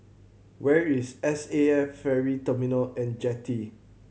where is S A F Ferry Terminal And Jetty